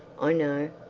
i know,